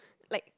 like